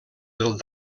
dels